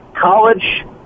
college